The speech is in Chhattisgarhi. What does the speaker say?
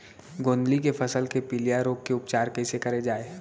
गोंदली के फसल के पिलिया रोग के उपचार कइसे करे जाये?